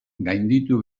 gainditu